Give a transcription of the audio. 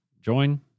join